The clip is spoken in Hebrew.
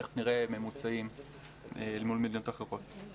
תיכף נראה ממוצעים אל מול מדינות אחרות.